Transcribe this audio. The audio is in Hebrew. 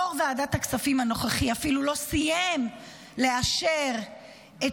יו"ר ועדת הכספים הנוכחי אפילו לא סיים לאשר את